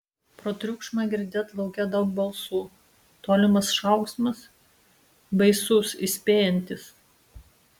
pro triukšmą girdėt lauke daug balsų tolimas šauksmas baisus įspėjantis